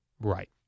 Right